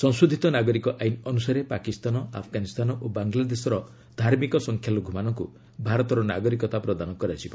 ସଂଶୋଧିତ ନାଗରିକ ଆଇନ ଅନୁସାରେ ପାକିସ୍ତାନ ଆଫଗାନିସ୍ତାନ ଓ ବାଂଲାଦେଶର ଧାର୍ମିକ ସଂଖ୍ୟାଲଘୁମାନଙ୍କୁ ଭାରତର ନାଗରିକତା ପ୍ରଦାନ କରାଯିବ